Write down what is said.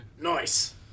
Nice